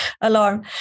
alarm